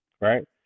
right